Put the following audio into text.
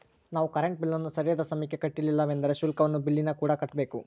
ನಾವು ಕರೆಂಟ್ ಬಿಲ್ಲನ್ನು ಸರಿಯಾದ ಸಮಯಕ್ಕೆ ಕಟ್ಟಲಿಲ್ಲವೆಂದರೆ ಶುಲ್ಕವನ್ನು ಬಿಲ್ಲಿನಕೂಡ ಕಟ್ಟಬೇಕು